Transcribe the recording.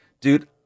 dude